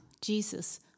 Jesus